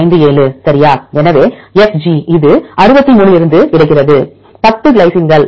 0157 சரியா எனவே எஃப்ஜி இது 63 ல் இருந்து கிடைக்கிறது 10 கிளைசின்கள்